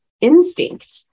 instinct